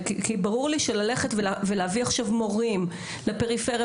כי ברור לי שללכת ולהביא עכשיו מורים לפריפריה